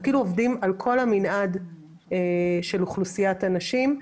אנחנו עובדים על כל המנעד של אוכלוסיית הנשים.